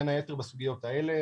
בין היתר בסוגיות האלה,